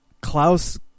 Klaus